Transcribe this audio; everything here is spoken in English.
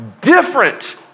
different